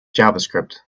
javascript